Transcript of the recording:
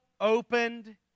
opened